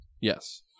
Yes